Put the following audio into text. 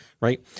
right